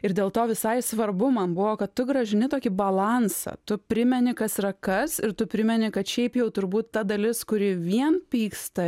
ir dėl to visai svarbu man buvo kad tu grąžini tokį balansą tu primeni kas yra kas ir tu primeni kad šiaip jau turbūt ta dalis kuri vien pyksta